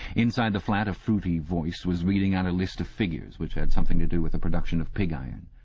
inside the flat a fruity voice was reading out a list of figures which had something to do with the production of pig-iron.